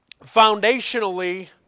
foundationally